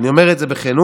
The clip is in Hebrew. ואני אומר את זה בכנות,